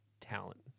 talent